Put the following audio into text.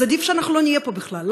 עדיף שאנחנו לא נהיה פה בכלל.